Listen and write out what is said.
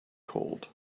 cold